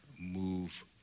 move